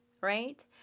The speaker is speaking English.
right